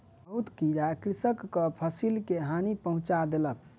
बहुत कीड़ा कृषकक फसिल के हानि पहुँचा देलक